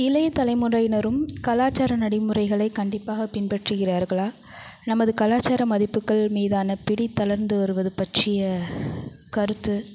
இளைய தலைமுறையினரும் கலாச்சார நடைமுறைகளை கண்டிப்பாக பின்பற்றுகிறார்களா நமது கலாச்சார மதிப்புக்கள் மீதான பிடி தளர்ந்து வருவது பற்றிய கருத்து